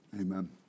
Amen